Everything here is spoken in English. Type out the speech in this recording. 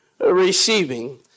receiving